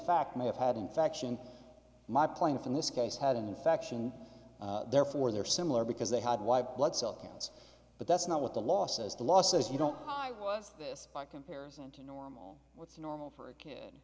fact may have had infection my plaintiff in this case had an infection therefore they're similar because they had white blood cell counts but that's not what the law says the law says you don't i was this by comparison to normal what's normal for a kid